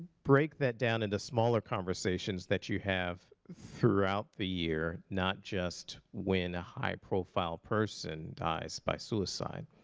break that down at a smaller conversations that you have throughout the year, not just when a high-profile person dies by suicide.